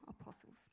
apostles